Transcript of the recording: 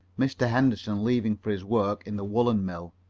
mr. henderson leaving for his work in the woolen mill.